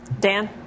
Dan